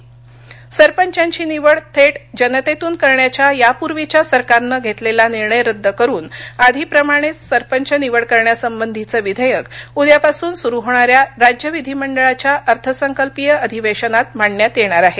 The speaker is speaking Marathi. सरपंचविधेयक सरपंचांची निवड थेट जनतेतून करण्याचा यापूर्वीच्या सरकारनं घेतलेला निर्णय रद्द करून आधीप्रमाणेचसरपंच निवड करण्यासंबंधीचं विधेयक उद्यापासून सुरू होणाऱ्या राज्य विधीमंडळाच्या अर्थसंकल्पीय अधिवेशनात मांडण्यात येणार आहे